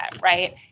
right